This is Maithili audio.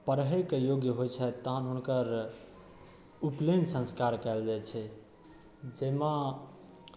पढ़ै के योग्य होइ छथि तहन हुनकर उपनयन संस्कार कयल जाइ छै जाहिमे